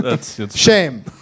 Shame